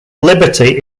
liberty